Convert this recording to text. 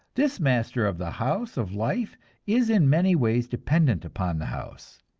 this master of the house of life is in many ways dependent upon the house.